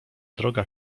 droga